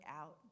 out